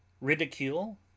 ridicule